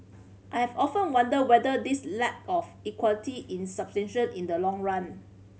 I have often wondered whether this lack of equity in substantial in the long run